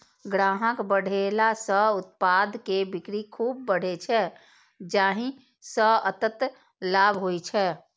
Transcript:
ग्राहक बढ़ेला सं उत्पाद के बिक्री खूब बढ़ै छै, जाहि सं अंततः लाभ होइ छै